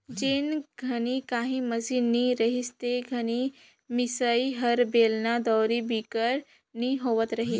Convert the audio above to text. जेन घनी काही मसीन नी रहिस ते घनी मिसई हर बेलना, दउंरी बिगर नी होवत रहिस